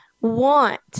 want